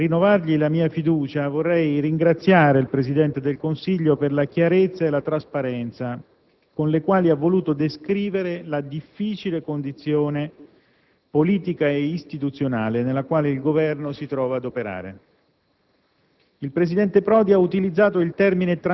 Signor Presidente, colleghi senatori, nel rinnovargli la mia fiducia, vorrei ringraziare il Presidente del Consiglio per la chiarezza e la trasparenza con le quali ha voluto descrivere la difficile condizione